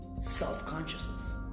self-consciousness